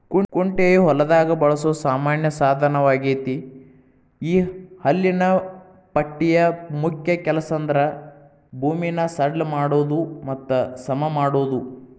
ಕುಂಟೆಯು ಹೊಲದಾಗ ಬಳಸೋ ಸಾಮಾನ್ಯ ಸಾದನವಗೇತಿ ಈ ಹಲ್ಲಿನ ಪಟ್ಟಿಯ ಮುಖ್ಯ ಕೆಲಸಂದ್ರ ಭೂಮಿನ ಸಡ್ಲ ಮಾಡೋದು ಮತ್ತ ಸಮಮಾಡೋದು